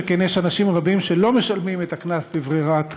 שכן יש אנשים רבים שלא משלמים את הקנס בברירת קנס,